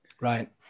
right